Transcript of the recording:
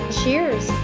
cheers